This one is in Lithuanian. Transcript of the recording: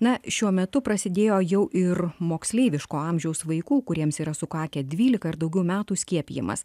na šiuo metu prasidėjo jau ir moksleiviško amžiaus vaikų kuriems yra sukakę dvylika ar daugiau metų skiepijimas